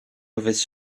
mauvaise